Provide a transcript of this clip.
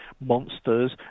monsters